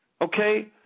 Okay